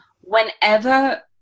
whenever